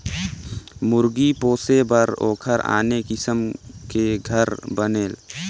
मुरगी पोसे बर ओखर आने किसम के घर बनेल